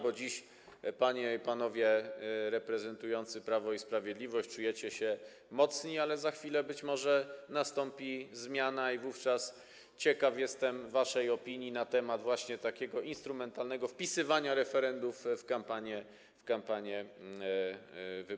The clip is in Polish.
Bo dziś, panie i panowie reprezentujący Prawo i Sprawiedliwość, czujecie się mocni, ale za chwilę być może nastąpi zmiana i wówczas ciekaw byłbym waszej opinii na temat takiego instrumentalnego wpisywania referendów w kampanie wyborcze.